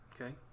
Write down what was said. Okay